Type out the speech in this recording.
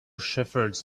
shepherds